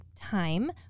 time